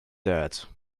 that